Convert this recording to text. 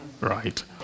Right